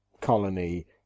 colony